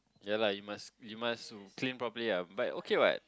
ya lah you must you must clean properly ah but okay what